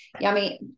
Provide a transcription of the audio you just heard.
yummy